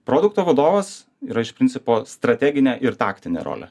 produkto vadovas yra iš principo strateginė ir taktinė rolė